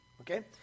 okay